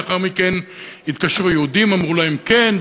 לאחר מכן התקשרו יהודים, אמרו להם כן.